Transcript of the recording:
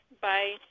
Bye